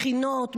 מכינות,